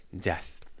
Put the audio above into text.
death